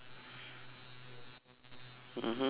(uh huh)